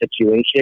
situation